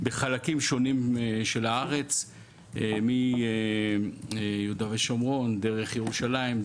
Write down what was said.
בחלקים שונים של הארץ מיהודה ושומרון דרך ירושלים,